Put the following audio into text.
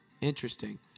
interesting